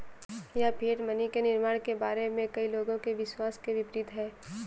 यह fiat money के निर्माण के बारे में कई लोगों के विश्वास के विपरीत है